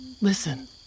Listen